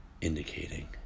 indicating